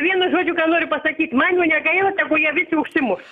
vienu žodžiu ką noriu pasakyt man jų negaila tegu jie visi užsimuš